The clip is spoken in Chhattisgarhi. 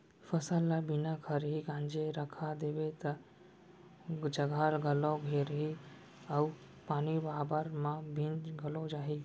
फसल ल बिना खरही गांजे रखा देबे तौ जघा घलौ घेराही अउ पानी बादर म भींज घलौ जाही